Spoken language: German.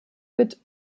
wird